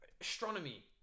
astronomy